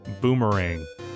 Boomerang